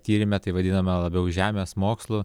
tyrime tai vadinama labiau žemės mokslu